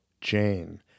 Jane